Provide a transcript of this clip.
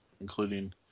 including